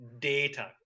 data